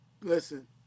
Listen